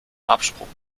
absprung